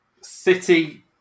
City